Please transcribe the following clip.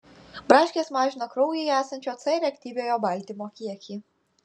braškės mažina kraujyje esančio c reaktyviojo baltymo kiekį